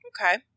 Okay